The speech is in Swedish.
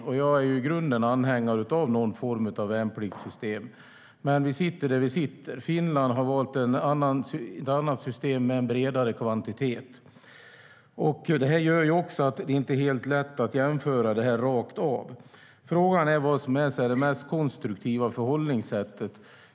I grunden är jag anhängare av någon form av värnpliktssystem, men vi sitter där vi sitter. Finland har valt ett annat system med en bredare kvantitet. Det gör att det inte är helt lätt att jämföra rakt av. Frågan är vad som är det mest konstruktiva förhållningssättet.